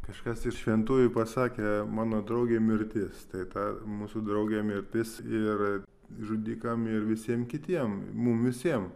kažkas iš šventųjų pasakė mano draugė mirtis tai ta mūsų draugė mirtis ir žudikam ir visiem kitiem mum visiem